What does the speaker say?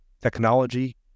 technology